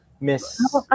Miss